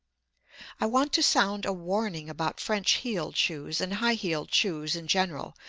i want to sound a warning about french-heeled shoes and high-heeled shoes in general,